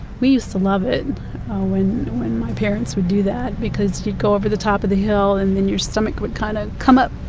we used to love it when my parents would do that. because you'd go over the top of the hill and then your stomach would kind of come up.